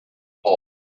hole